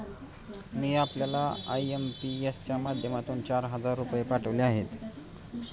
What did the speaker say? मी आपल्याला आय.एम.पी.एस च्या माध्यमातून चार हजार रुपये पाठवले आहेत